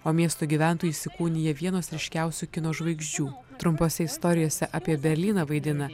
o miesto gyventojai įsikūnija vienos ryškiausių kino žvaigždžių trumpose istorijose apie berlyną vaidina